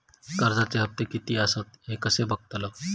कर्जच्या हप्ते किती आसत ते कसे बगतलव?